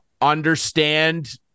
understand